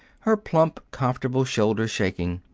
her plump, comfortable shoulders shaking,